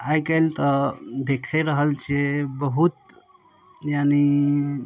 आइकाल्हि तऽ देखिए रहल छिए बहुत यानी